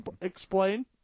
Explain